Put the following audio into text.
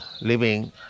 living